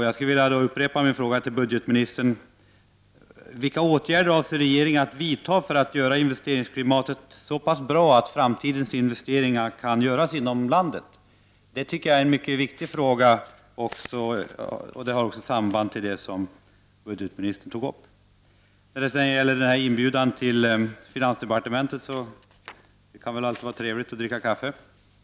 Jag vill upprepa min fråga till budgetministern: Vilka åtgärder avser regeringen att vidta för att göra investeringsklimatet så pass bra att framtidsinvesteringar kan göras inom landet? Det tycker jag är en mycket viktig fråga, och den har också samband med det som budgetministern tog upp. När det gäller inbjudan till finansdepartementet kan det väl alltid vara trevligt att dricka kaffe.